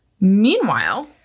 Meanwhile